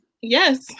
Yes